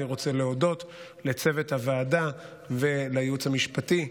אני רוצה להודות לצוות הוועדה ולייעוץ המשפטי,